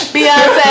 Beyonce